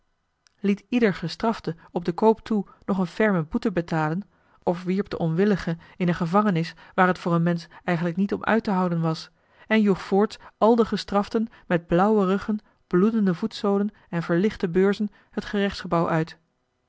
liet ieder gestrafte op den koop toe nog een ferme boete betalen of wierp den onwillige in een gevangenis waar t voor een mensch eigenlijk niet om uit te houden was en joeg voorts al de gestraften met blauwe ruggen bloedende voetzolen en verlichte beurzen het gerechtsgebouw uit